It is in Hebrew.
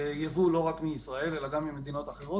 ייבוא לא רק מישראל אלא גם ממדינות אחרות